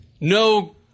no